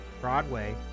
Broadway